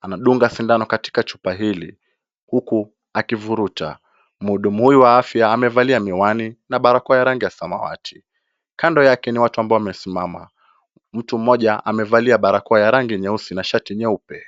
Anadunga sindano katika chupa hili huku akivuruta. Mhudumu huyu wa afya amevalia miwani na barakoa ya rangi ya samawati. Kando yake ni watu ambao wamesimama. Mtu mmoja amevalia barakoa ya rangi nyeusi na shati nyeupe.